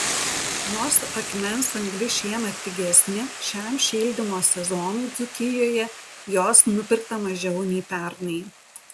nors akmens anglis šiemet pigesnė šiam šildymo sezonui dzūkijoje jos nupirkta mažiau nei pernai